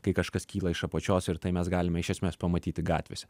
kai kažkas kyla iš apačios ir tai mes galime iš esmės pamatyti gatvėse